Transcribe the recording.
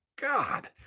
God